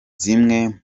zimwe